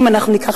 אם ניקח,